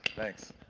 thanks.